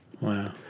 Wow